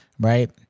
right